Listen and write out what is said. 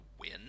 win